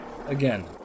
Again